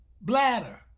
bladder